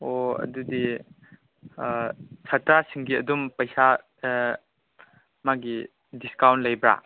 ꯑꯣ ꯑꯗꯨꯗꯤ ꯑꯥ ꯁꯥꯇ꯭ꯔꯥꯁꯤꯡꯒꯤ ꯑꯗꯨꯝ ꯄꯩꯁꯥ ꯑꯥ ꯃꯥꯒꯤ ꯗꯤꯁꯀꯥꯎꯟ ꯂꯩꯕ꯭ꯔꯥ